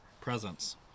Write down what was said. presence